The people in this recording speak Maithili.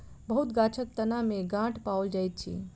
बहुत गाछक तना में गांठ पाओल जाइत अछि